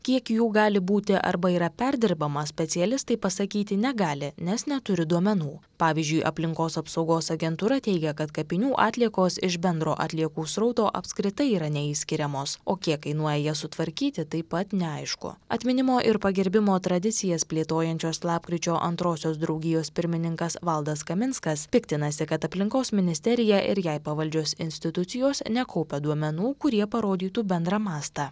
kiek jų gali būti arba yra perdirbama specialistai pasakyti negali nes neturi duomenų pavyzdžiui aplinkos apsaugos agentūra teigia kad kapinių atliekos iš bendro atliekų srauto apskritai yra neišskiriamos o kiek kainuoja jas sutvarkyti taip pat neaišku atminimo ir pagerbimo tradicijas plėtojančios lapkričio antrosios draugijos pirmininkas valdas kaminskas piktinasi kad aplinkos ministerija ir jai pavaldžios institucijos nekaupia duomenų kurie parodytų bendrą mastą